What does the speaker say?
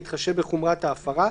בהתחשב בחומרת ההפרה.